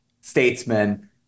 statesman